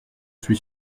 suis